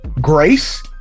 grace